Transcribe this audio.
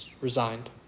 Resigned